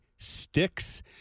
sticks